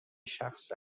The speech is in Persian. شخص